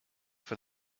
for